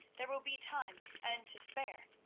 there will be time and to spare.